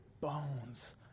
bones